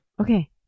Okay